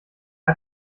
hat